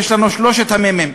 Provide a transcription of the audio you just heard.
יש לנו שלושה מ"מים: